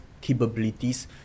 capabilities